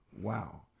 Wow